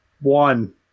one